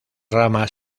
ramas